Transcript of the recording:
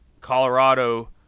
Colorado